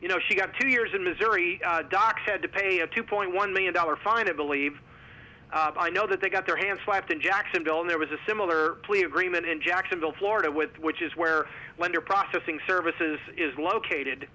you know she got two years in missouri doc said to pay a two point one million dollar fine i believe i know that they got their hands slapped in jacksonville and there was a similar plea agreement in jacksonville florida with which is where when you're processing services is located